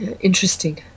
interesting